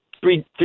three